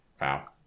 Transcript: wow